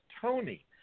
Tony